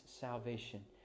salvation